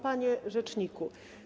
Panie Rzeczniku!